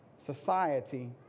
society